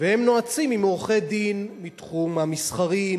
והם נועצים בעורכי-דין מהתחום המסחרי,